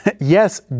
yes